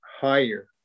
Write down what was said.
higher